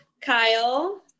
kyle